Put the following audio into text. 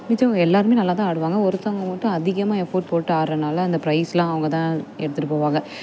மிச்சவங்க எல்லோருமே நல்லா தான் ஆடுவாங்க ஒருத்தங்க மட்டும் அதிகமாக எப்ஃபோர்ட் போட்டு ஆட்றதுனால அந்த ப்ரைஸ்லாம் அவங்க தான் எடுத்துட்டு போவாங்க